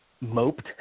moped